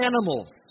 animals